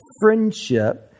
friendship